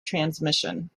transmission